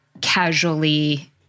casually